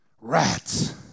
Rats